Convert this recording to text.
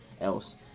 else